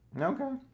okay